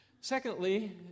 Secondly